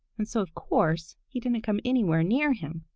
and so of course he didn't come anywhere near him.